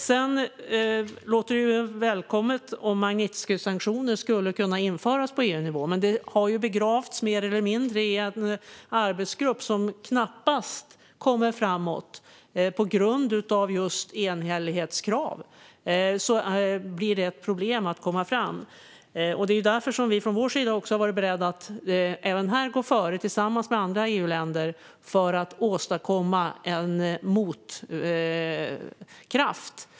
Det är välkommet om Magnitskijsanktioner skulle kunna införas på EU-nivå, men frågan har mer eller mindre begravts i en arbetsgrupp som knappast kommer framåt på grund av just enhällighetskrav. Gruppen har problem med att komma framåt. Det är också därför vi från vår sida har varit beredda att låta Sverige även här gå före tillsammans med andra EU-länder för att åstadkomma en motkraft.